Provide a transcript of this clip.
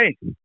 hey